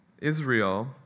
Israel